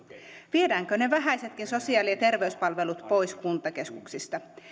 viedäänkö ne vähäisetkin sosiaali ja terveyspalvelut pois kuntakeskuksista